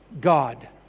God